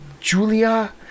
Julia